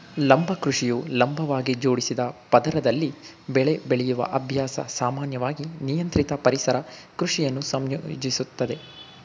ಲಂಬ ಕೃಷಿಯು ಲಂಬವಾಗಿ ಜೋಡಿಸಿದ ಪದರದಲ್ಲಿ ಬೆಳೆ ಬೆಳೆಯುವ ಅಭ್ಯಾಸ ಸಾಮಾನ್ಯವಾಗಿ ನಿಯಂತ್ರಿತ ಪರಿಸರ ಕೃಷಿಯನ್ನು ಸಂಯೋಜಿಸುತ್ತದೆ